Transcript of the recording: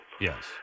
Yes